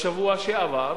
בשבוע שעבר,